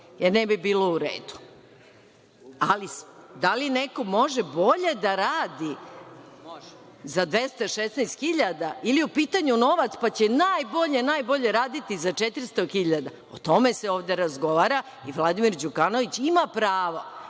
jer ne bi bilo uredu. Ali, da li neko može bolje da radi za 216 hiljada ili je u pitanju novac, pa će najbolje, najbolje raditi za 400 hiljada, o tome se ovde razgovara i Vladimir Đukanović ima pravo